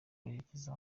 berekeza